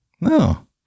No